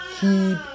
keep